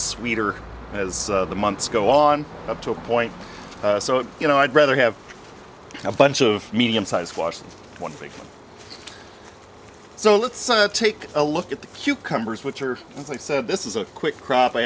sweeter as the months go on up to a point so you know i'd rather have a bunch of medium sized washing one so let's take a look at the cucumbers which are as i said this is a quick crop i